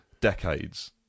decades